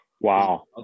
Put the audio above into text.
Wow